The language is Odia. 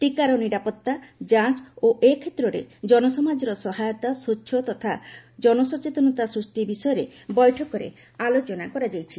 ଟିକାର ନିରାପତ୍ତା ଯାଞ୍ଚ ଓ ଏ କ୍ଷେତ୍ରରେ କନସମାଜର ସହାୟତା ସ୍ୱଚ୍ଛ ତଥା ଓ ଜନସଚେତନତା ସୃଷ୍ଟି ବିଷୟରେ ବୈଠକରେ ଆଲୋଚନା କରାଯାଇଛି